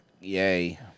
Yay